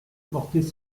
porter